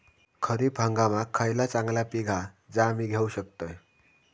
खरीप हंगामाक खयला चांगला पीक हा जा मी घेऊ शकतय?